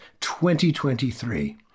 2023